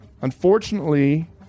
Unfortunately